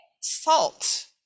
salt